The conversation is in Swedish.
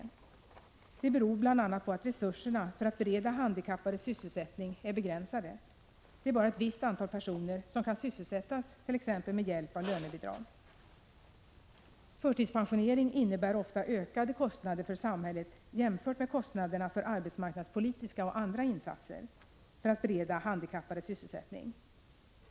Detta beror bl.a. på att resurserna för att bereda handikappade sysselsättning är begränsade. Det är bara ett visst antal personer som kan sysselsättas, t.ex. med hjälp av lönebidrag. Förtidspensionering innebär ofta ökade kostnader för samhället jämfört med kostnaderna för arbetsmarknadspolitiska och andra insatser för att bereda handikappade sysselsättning.